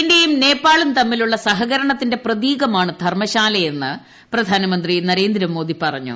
ഇന്ത്യയും നേപ്പാളും തമ്മിലുള്ള സഹകരണത്തിന്റെ പ്പിത്യീക്മാണ് ധർമ്മശാലയെന്ന് പ്രധാനമന്ത്രി നരേന്ദ്രമോദി പറഞ്ഞു